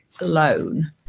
alone